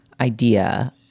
idea